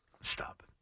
Stop